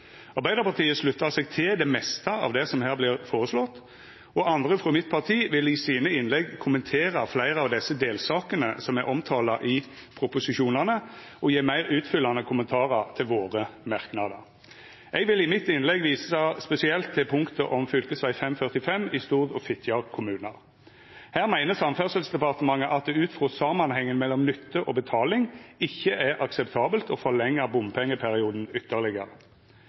Arbeidarpartiet sluttar seg til det meste av det som vert føreslått her, og andre frå mitt parti vil i sine innlegg kommentera fleire av desse delsakene som er omtala i proposisjonane, og gje meir utfyllande kommentarar til våre merknader. I mitt innlegg vil eg visa spesielt til punktet om fv. 545 i Stord og Fitjar kommunar. Her meiner Samferdselsdepartementet at det ut frå samanhengen mellom nytte og betaling ikkje er akseptabelt å forlengja bompengeperioden ytterlegare.